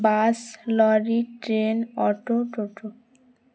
bus lorry train auto toto